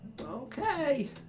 okay